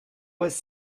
was